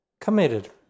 Committed